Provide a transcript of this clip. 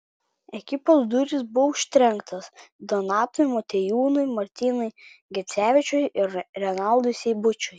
ekipos durys buvo užtrenktos donatui motiejūnui martynui gecevičiui ir renaldui seibučiui